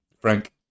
Frank